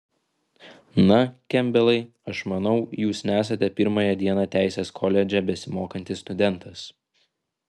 na kempbelai aš manau jūs nesate pirmąją dieną teisės koledže besimokantis studentas